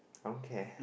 okay